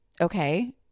Okay